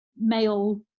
male